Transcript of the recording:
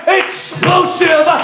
explosive